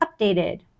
updated